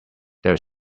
there